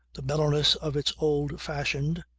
the mellowness of its old-fashioned,